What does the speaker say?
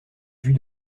vue